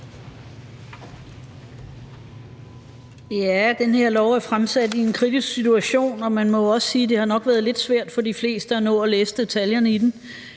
her lovforslag er fremsat i en kritisk situation, og man må også sige, at det nok har været lidt svært for de fleste at nå at læse detaljerne i det.